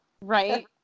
right